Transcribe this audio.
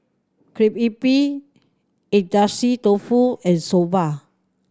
Crepe Agedashi Dofu and Soba